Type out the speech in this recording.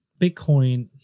Bitcoin